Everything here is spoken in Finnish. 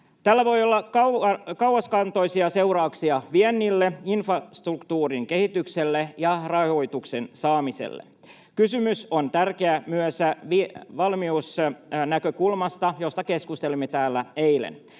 Tällä voi olla kauaskantoisia seurauksia viennille, infrastruktuurin kehitykselle ja rahoituksen saamiselle. Kysymys on tärkeä myös valmiusnäkökulmasta, josta keskustelimme täällä eilen.